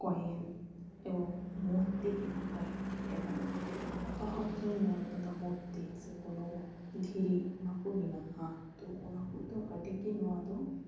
ᱠᱚᱭᱮᱱ ᱮᱵᱚᱝ ᱢᱩᱨᱛᱤ ᱦᱮᱱᱟᱜᱼᱟ ᱠᱚᱭᱮᱠᱴᱤ ᱮᱵᱚᱝ ᱮᱴᱟᱜ ᱦᱚᱲ ᱴᱷᱮᱱᱤᱧ ᱧᱮᱞ ᱟᱠᱟᱫᱟ ᱢᱩᱨᱛᱤ ᱥᱮ ᱠᱳᱱᱳ ᱫᱷᱤᱨᱤ ᱚᱱᱟ ᱠᱚ ᱢᱮᱱᱟᱜᱼᱟ ᱛᱚ ᱚᱱᱟ ᱠᱚᱫᱚ ᱟᱹᱰᱤ ᱜᱮ ᱱᱚᱣᱟ ᱫᱚ